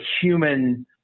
human